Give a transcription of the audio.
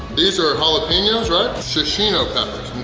these are ah jalapenos, right? shishito peppers,